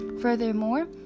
Furthermore